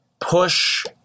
push